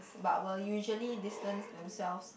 but will usually distance themselves